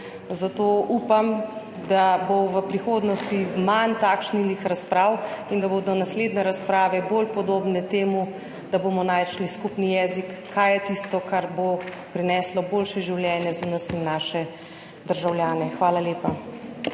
Zato upam, da bo v prihodnosti manj takšnih razprav in da bodo naslednje razprave bolj podobne temu, da bomo našli skupni jezik, kaj je tisto, kar bo prineslo boljše življenje za nas in naše državljane. Hvala lepa.